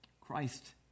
Christ